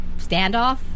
standoff